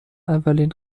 اولین